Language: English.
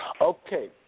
Okay